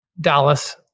Dallas